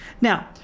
Now